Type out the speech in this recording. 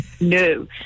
No